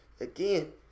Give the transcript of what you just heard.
Again